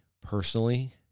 personally